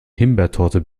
himbeertorte